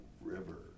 river